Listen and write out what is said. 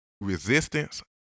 resistance